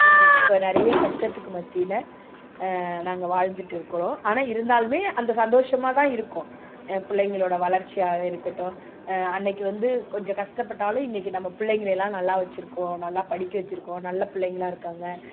இப்போ நிறைய கஷ்டத்துக்கு மத்தியில் நாங்கள் வாழ்ந்துட்டு இருக்கிறோம் ஆனால் இருந்தாலும் அந்த சந்தோஷமாக தான் இருக்கும் என் பிள்ளைங்களோட வளர்ச்சியாக இருக்கட்டும் அன்னைக்கு வந்து கொஞ்சம் கஷ்டப்பட்டாலும் இன்னைக்கு நம்ம பிள்ளைங்களை எல்லாம் நல்லா வச்சுருக்கோம் நல்லா படிக்க வச்சுருக்கோம் நல்லா பிள்ளைங்களா இருக்காங்க